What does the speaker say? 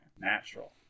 Natural